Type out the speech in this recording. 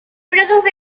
produjo